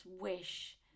wish